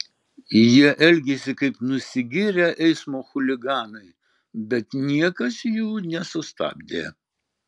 jie elgėsi kaip nusigėrę eismo chuliganai bet niekas jų nesustabdė